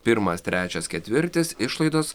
pirmas trečias ketvirtis išlaidos